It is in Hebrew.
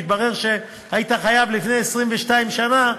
והתברר שהיית חייב לפני 22 שנה,